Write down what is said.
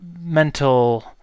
mental